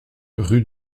rue